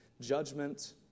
Judgment